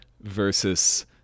versus